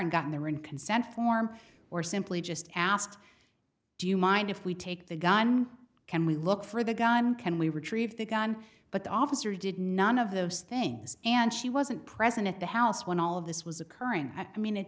and gotten there in consent form or simply just asked do you mind if we take the gun can we look for the gun can we retrieve the gun but the officer did none of those things and she wasn't present at the house when all of this was occurring i mean it